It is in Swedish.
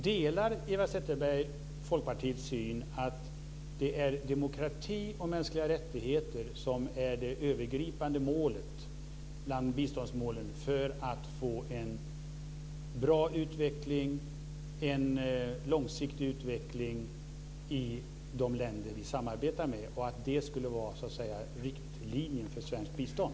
Delar Eva Zetterberg Folkpartiets syn att det är demokrati och mänskliga rättigheter som är det övergripande målet bland biståndsmålen för att få en bra och långsiktig utveckling i de länder vi samarbetar med och att det så att säga skulle vara riktlinjen för svenskt bistånd?